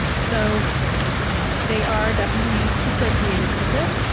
so they are definitely associated with it.